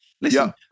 listen